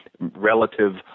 relative